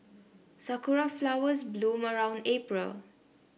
sakura flowers bloom around April